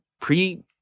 pre